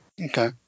Okay